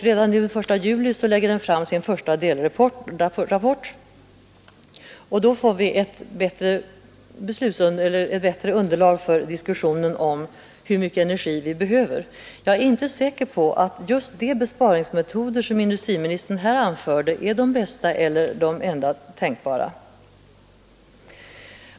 Redan den 1 juli lägger den fram sin första delrapport, och då får vi ett bättre underlag för diskussionen om hur mycket energi vi behöver. Jag är inte säker på att just de besparingsmetoder som industriministern nyss nämnde är de bästa eller de enda tänkbara.